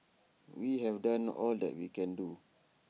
we have done all that we can do